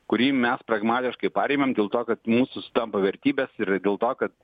kurį mes pragmatiškai parėmėm dėl to kad mūsų sutampa vertybės ir dėl to kad